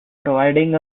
providing